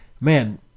Man